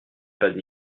pas